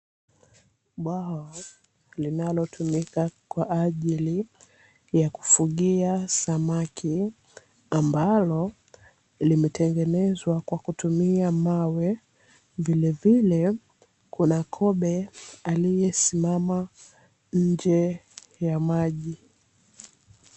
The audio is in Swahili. Bwawa linalotumika kwa ajili ya kufugia samaki limetengenezwa kwa mawe, vilevile kuna kobe amesimama juu ya mawe.